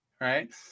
right